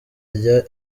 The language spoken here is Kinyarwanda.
rya